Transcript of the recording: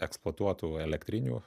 eksploatuotų elektrinių